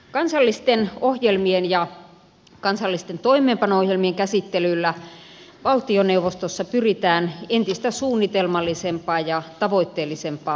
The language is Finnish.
kansallisten ohjelmien ja kansallisten toimeenpano ohjelmien käsittelyllä valtioneuvostossa pyritään entistä suunnitelmallisempaan ja tavoitteellisempaan ohjelmatyöhön